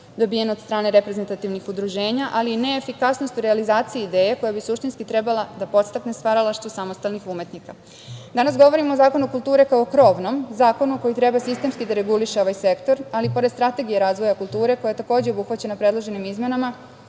dobijen od strane reprezentativnih udruženja ali i neefikasnost u realizaciji ideje koja bi suštinski trebala da podstakne stvaralaštvo samostalnih umetnika. Danas govorimo o Zakonu kulture kao o krovnom zakonu koji treba sistemski da reguliše ovaj sektor, ali pored strategije razvoja kulture koja je takođe obuhvaćena predloženim izmenama